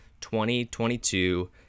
2022